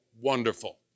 wonderful